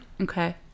okay